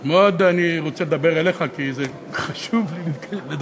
אני רוצה לדבר אליך כי זה חשוב לי לדבר